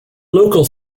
local